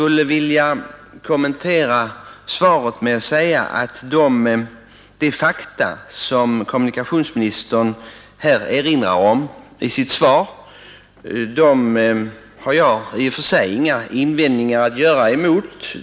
Låt mig kommentera svaret med att säga att jag i och för sig inte har några invändningar att göra emot de fakta som kommunikationsministern där erinrar om.